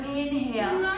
inhale